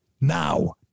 now